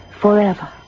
forever